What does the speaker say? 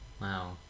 Wow